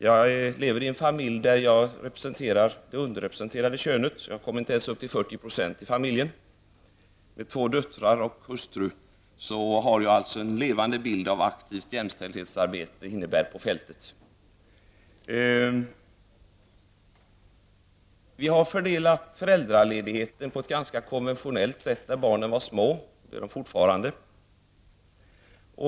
Jag lever i en familj där jag representerar det underrepresenterade könet; jag utgör inte ens 40 % av familjen. Med två döttrar och hustru har jag en levande bild av vad aktivt jämställdhetsarbete innebär på fältet. Vi fördelade i min familj föräldraledigheten på ett ganska konventionellt sätt när barnen var små, och det är de fortfarande.